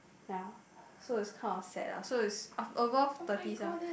ya so it's kind of sad lah so it's af~ above thirties [one]